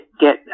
get